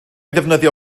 ddefnyddio